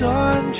on